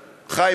חיים,